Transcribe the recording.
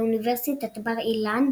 באוניברסיטת בר-אילן,